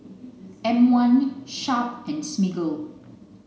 M One Sharp and Smiggle